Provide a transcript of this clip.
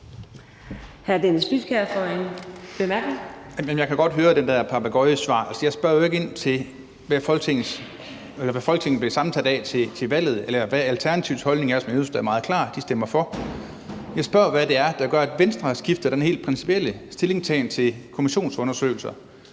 Jeg kan godt høre det der papegøjesvar. Altså, jeg spørger jo ikke ind til, hvordan Folketinget blev sammensat ved valget, eller hvad Alternativets holdning er, som jo i øvrigt er meget klar – de stemmer for. Jeg spørger, hvad det er, der gør, at Venstre har skiftet den helt principielle stillingtagen til kommissionsundersøgelser